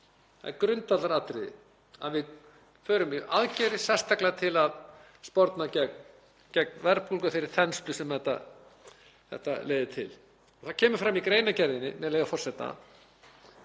Það er grundvallaratriði að við förum í aðgerðir, sérstaklega til að sporna gegn verðbólgu og þeirri þenslu sem þetta leiðir til og það kemur fram í greinargerðinni, með leyfi forseta,